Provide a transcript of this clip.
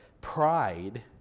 Pride